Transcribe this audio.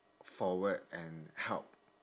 forward and help